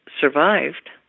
survived